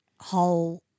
whole